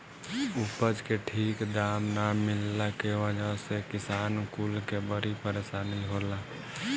उपज के ठीक दाम ना मिलला के वजह से किसान कुल के बड़ी परेशानी होला